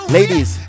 ladies